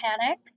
panic